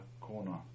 Corner